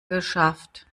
geschafft